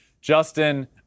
Justin